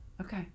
Okay